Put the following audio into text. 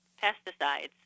pesticides